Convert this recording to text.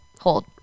hold